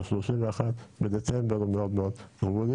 ה- 31 בדצמבר מאוד מאוד גבולי,